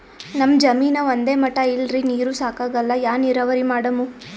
ನಮ್ ಜಮೀನ ಒಂದೇ ಮಟಾ ಇಲ್ರಿ, ನೀರೂ ಸಾಕಾಗಲ್ಲ, ಯಾ ನೀರಾವರಿ ಮಾಡಮು?